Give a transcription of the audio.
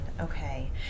Okay